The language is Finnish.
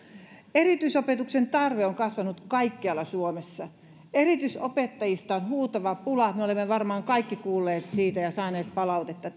erityisopetuksen tarve on kasvanut kaikkialla suomessa erityisopettajista on huutava pula me olemme varmaan kaikki kuulleet siitä ja saaneet palautetta